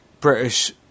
British